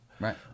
Right